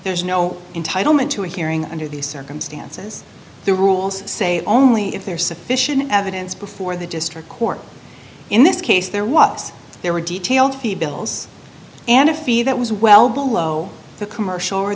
there's no entitle me to a hearing under these circumstances the rules say only if there are sufficient evidence before the district court in this case there was there were detailed fee bills and a fee that was well below the commercial